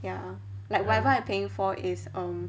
ya like whatever I'm paying for is um